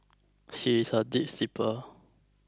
she is a deep sleeper